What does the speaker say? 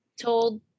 told